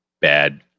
bad